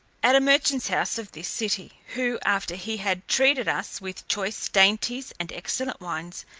at a merchant's house of this city who, after he had treated us with choice dainties and excellent wines,